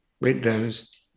Windows